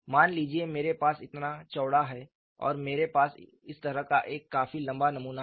मान लीजिए मेरे पास इतना चौड़ा है और मेरे पास इस तरह का एक काफी लंबा नमूना है